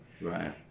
Right